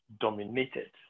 dominated